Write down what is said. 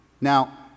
Now